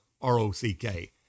R-O-C-K